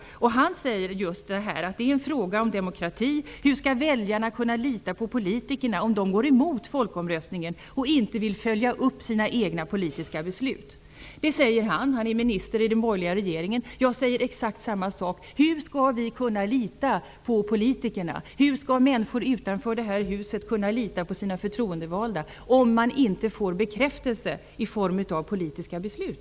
Olof Johansson säger att det är en fråga om demokrati. Han undrar hur väljarna skall kunna lita på politikerna om de går emot folkomröstningen och inte vill följa upp sina egna politiska beslut. Detta säger Olof Johansson som är minister i den borgerliga regeringen. Jag säger exakt samma sak. Hur skall vi kunna lita på politikerna? Hur skall människor utanför det här huset kunna lita på sina förtroendevalda om man inte får bekräftelse i form av politiska beslut?